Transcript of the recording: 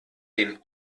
den